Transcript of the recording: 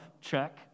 check